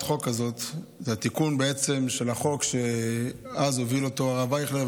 חוק כזאת זה בעצם תיקון של החוק שאז הוביל הרב אייכלר,